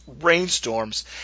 rainstorms